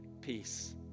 peace